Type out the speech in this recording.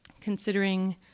considering